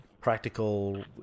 practical